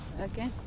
Okay